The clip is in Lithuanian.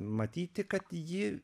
matyti kad ji